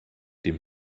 dem